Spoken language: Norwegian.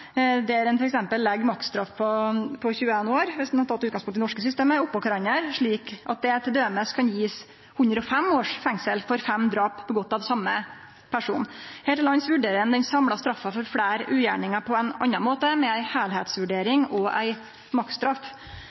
der ein legg maksstraffa på 21 år – viss ein hadde teke utgangspunkt i det norske systemet – oppå kvarandre, slik at det t.d. kan gjevast 105 års fengsel for fem drap gjorde av same person. Her til lands vurderer ein den samla straffa for fleire ugjerningar på ein annan måte, med ei heilskapsvurdering og ei maksstraff.